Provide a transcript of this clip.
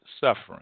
suffering